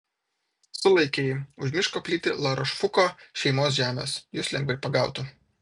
sulaikė ji už miško plyti larošfuko šeimos žemės jus lengvai pagautų